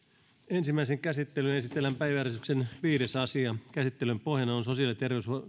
ensimmäiseen käsittelyyn esitellään päiväjärjestyksen viides asia käsittelyn pohjana on sosiaali ja